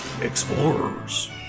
explorers